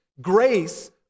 grace